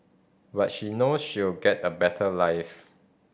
but she know she'll get a better life